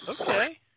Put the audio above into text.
Okay